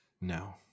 No